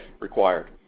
required